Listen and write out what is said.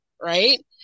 right